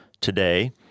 today